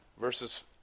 verses